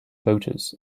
voters